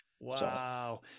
wow